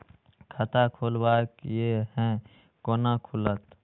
खाता खोलवाक यै है कोना खुलत?